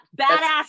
badass